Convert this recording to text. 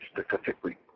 specifically